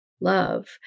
love